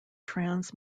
trans